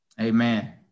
Amen